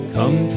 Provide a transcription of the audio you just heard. Come